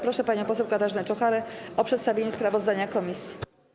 Proszę panią poseł Katarzynę Czocharę o przedstawienie sprawozdania komisji.